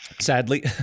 Sadly